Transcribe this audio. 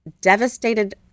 devastated